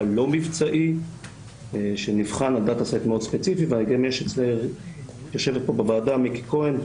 לא מבצעי שנבחן על דאטה-סט מאוד ספציפי ויושב פה בוועדה מיקי כהן,